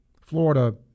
Florida